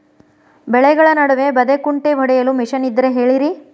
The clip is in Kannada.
ಬೆಳೆಗಳ ನಡುವೆ ಬದೆಕುಂಟೆ ಹೊಡೆಯಲು ಮಿಷನ್ ಇದ್ದರೆ ಹೇಳಿರಿ